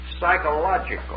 psychological